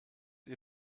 ihr